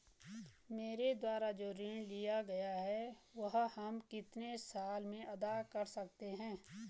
मेरे द्वारा जो ऋण लिया गया है वह हम कितने साल में अदा कर सकते हैं?